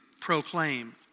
proclaim